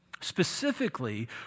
specifically